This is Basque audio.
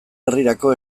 herrirako